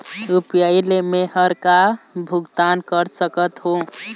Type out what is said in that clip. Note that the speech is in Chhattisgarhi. यू.पी.आई ले मे हर का का भुगतान कर सकत हो?